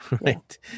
right